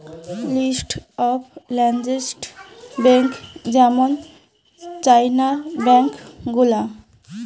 list of largest bank যেমন চাইনার bank গুলা